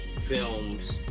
films